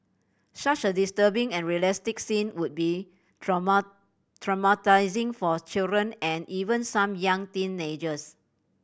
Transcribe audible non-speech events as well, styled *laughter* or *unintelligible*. such a disturbing and realistic scene would be *unintelligible* traumatising for children and even some young teenagers